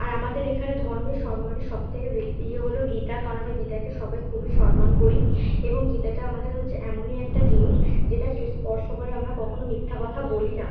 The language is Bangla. আর আমাদের এখানে ধর্মের সম্মানের সবথেকে ইয়ে হলো গীতা কারণ আমরা গীতাকে সবাই খুবই সম্মান করি এবং গীতাটা আমাদের হচ্ছে এমনই একটা জিনিস যেটা স্পর্শ করে আমরা কখনও মিথ্যা কথা বলি না